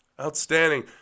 Outstanding